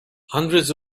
hundreds